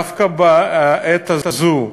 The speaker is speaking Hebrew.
דווקא בעת הזו,